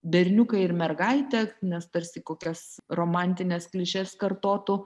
berniuką ir mergaitę nes tarsi kokias romantines klišes kartotų